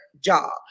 job